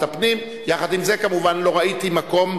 יכול להיות שבכלל יפסלו את החוק.